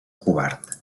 covard